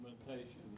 implementation